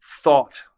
thought